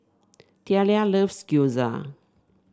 Thalia loves Gyoza